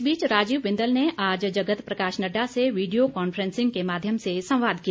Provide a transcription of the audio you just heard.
इस बीच राजीव बिंदल ने आज जगत प्रकाश नड्डा से वीडियो कॉनफ्रेंसिंग के माध्यम से संवाद किया